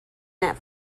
that